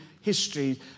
history